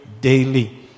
daily